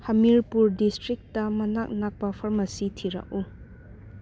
Hamirpur district ꯃꯅꯥꯛ ꯅꯛꯄ pharmacy ꯊꯤꯔꯛꯎ